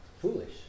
foolish